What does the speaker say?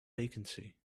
vacancy